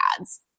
ads